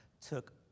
took